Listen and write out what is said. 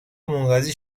منقضی